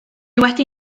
wedi